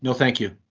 and thank you.